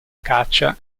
caccia